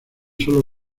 solo